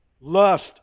lust